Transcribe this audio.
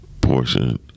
portion